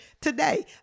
today